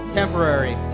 temporary